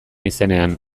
izenean